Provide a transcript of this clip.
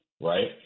right